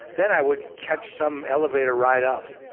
then i would catch some elevator ride up,